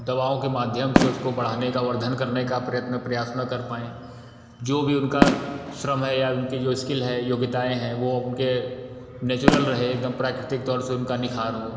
दवाओं के माध्यम से उसको बढ़ाने का वर्धन करने का प्रयत्न प्रयास न कर पाएँ जो भी उनका श्रम है या उनके जो स्किल है योग्यताएँ हैं वह उनके नेचुरल रहे एकदम प्राकृतिक तौर से उनका निखार हो